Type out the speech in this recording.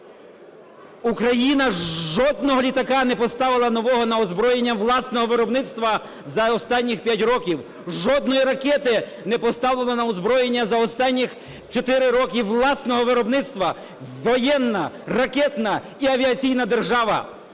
Україна жодного літака не поставила нового на озброєння власного виробництва за останні 5 років, жодної ракети не поставлено на озброєння за останні 4 роки власного виробництва. Воєнна, ракетна і авіаційна держава